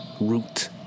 root